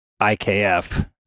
IKF